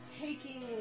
taking